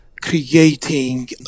creating